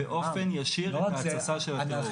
ואם הייתם עושים את זה,